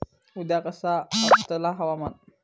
उद्या कसा आसतला हवामान?